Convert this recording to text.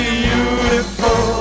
beautiful